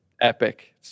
epic